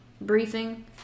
briefing